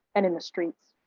and in the streets.